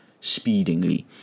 speedingly